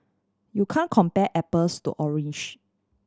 you can compare apples to orange